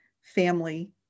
family